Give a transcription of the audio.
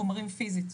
חומרים פיזית,